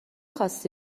خاستی